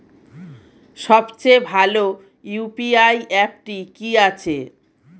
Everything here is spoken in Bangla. সবচেয়ে ভালো ইউ.পি.আই অ্যাপটি কি আছে?